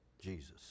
Jesus